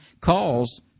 calls